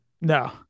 No